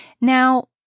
Now